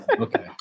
okay